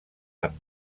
amb